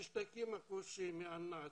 מהשטחים הכבושים, מהנאצים,